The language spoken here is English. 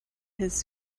his